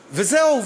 וזהו.